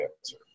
answer